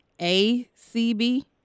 A-C-B